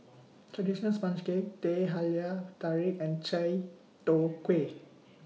Traditional Sponge Cake Teh Halia Tarik and Chai Tow Kway